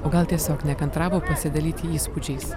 o gal tiesiog nekantravo pasidalyti įspūdžiais